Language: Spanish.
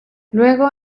luego